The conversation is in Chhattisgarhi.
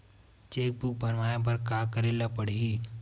चेक बुक बनवाय बर का करे ल पड़हि?